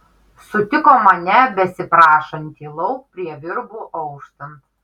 sutiko mane besiprašantį lauk prie virbų auštant